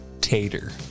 Tater